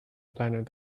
planet